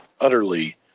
utterly